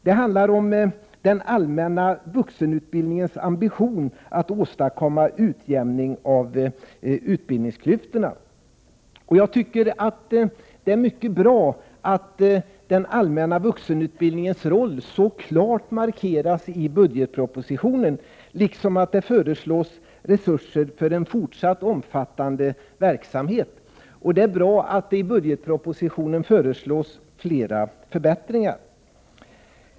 Det handlar om den allmänna vuxenutbildningens ambition att åstadkomma utjämning av utbildningsklyftorna. Jag tycker att det är mycket bra att den allmänna vuxenutbildningens roll så klart markeras i budgetpropositionen, liksom att det föreslås resurser för en fortsatt omfattande verksamhet. Det är bra att det i budgetpropositionen föreslås flera förbättringar.